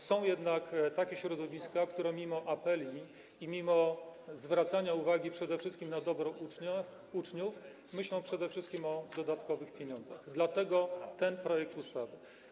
Są jednak takie środowiska, które mimo apeli i mimo zwracania uwagi przede wszystkim na dobro uczniów myślą przede wszystkim o dodatkowych pieniądzach, stąd wynika ten projekt ustawy.